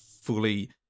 fully